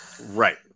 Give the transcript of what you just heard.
Right